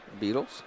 Beatles